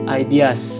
ideas